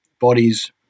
bodies